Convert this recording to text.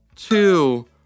Two